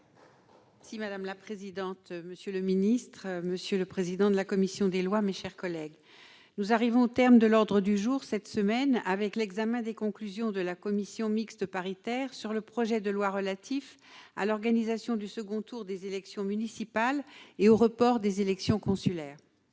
Deromedi. Madame la présidente, monsieur le ministre, monsieur le président de la commission des lois, mes chers collègues, au terme de l'ordre du jour de cette semaine, nous examinons les conclusions de la commission mixte paritaire sur le projet de loi relatif à l'organisation du second tour des élections municipales et au report des élections consulaires.